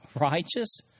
Righteous